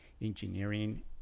engineering